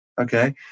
okay